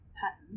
pattern